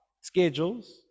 schedules